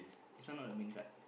this one not the main card